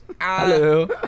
Hello